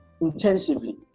intensively